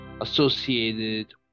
associated